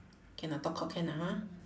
can ah talk cock can ah ha